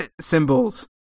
symbols